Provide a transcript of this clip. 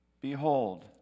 Behold